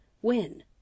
When